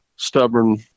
stubborn